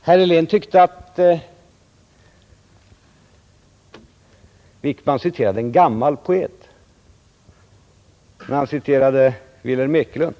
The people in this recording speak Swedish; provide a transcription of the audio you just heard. Herr Helén tyckte att herr Wickman citerade en gammal poet, när han citerade Vilhelm Ekelund.